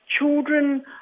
children